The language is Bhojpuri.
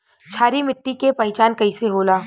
क्षारीय मिट्टी के पहचान कईसे होला?